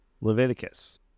Leviticus